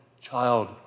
child